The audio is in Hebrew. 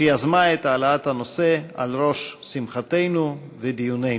שיזמה את העלאת הנושא על ראש שמחתנו ודיונינו.